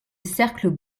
cercle